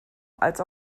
als